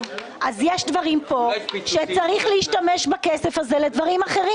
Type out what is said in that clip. אז יש דברים פה שצריך להשתמש בכסף שלהם לטובת דברים אחרים,